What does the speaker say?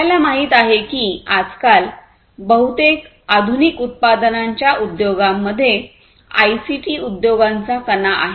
आपल्याला माहित आहे की आजकाल बहुतेक आधुनिक उत्पादनाच्या उद्योगांमध्ये आयसीटी उद्योगांचा कणा आहे